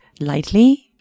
lightly